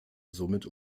somit